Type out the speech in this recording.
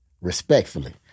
respectfully